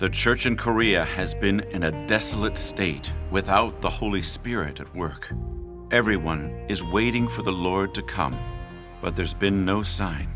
the church in korea has been in a desolate state without the holy spirit at work everyone is waiting for the lord to come but there's been no sign